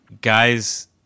guys